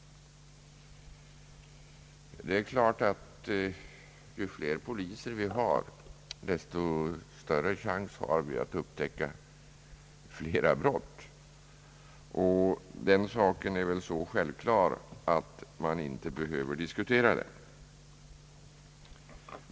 Det är givet att ju fler poliser vi har, desto större chans har vi att upptäcka flera brott — den saken är väl så självklar att man inte behöver diskutera den.